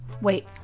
Wait